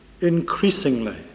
increasingly